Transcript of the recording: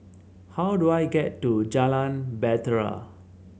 how do I get to Jalan Bahtera